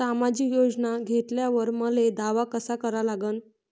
सामाजिक योजना घेतल्यावर मले दावा कसा करा लागन?